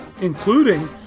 including